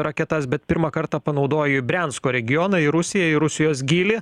raketas bet pirmą kartą panaudojo į briansko regioną į rusiją į rusijos gylį